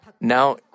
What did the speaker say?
Now